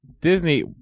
Disney